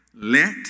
Let